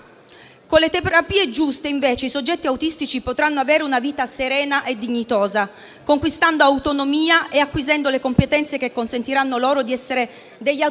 Con le terapie giuste, invece, i soggetti autistici potranno avere una vita serena e dignitosa, conquistando autonomia e acquisendo le competenze che consentiranno loro di essere degli adulti